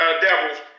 devils